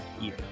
year